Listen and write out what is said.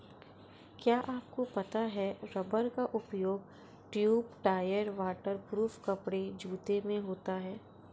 क्या आपको पता है रबर का उपयोग ट्यूब, टायर, वाटर प्रूफ कपड़े, जूते में होता है?